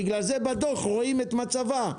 בגלל זה בדוח רואים את מצבה.